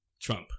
Trump